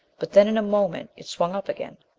but then in a moment it swung up again.